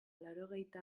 laurogeita